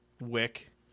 Wick